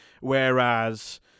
Whereas